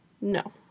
No